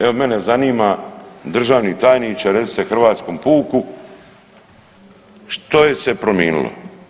Evo, mene zanima državni tajniče recite hrvatskom puku što je se prominilo?